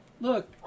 Look